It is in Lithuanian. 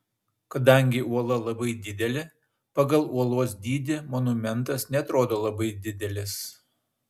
kadangi uola labai didelė pagal uolos dydį monumentas neatrodo labai didelis